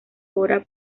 hora